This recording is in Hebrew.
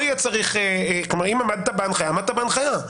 עמדת בהנחיה.